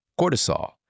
cortisol